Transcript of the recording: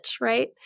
right